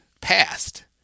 passed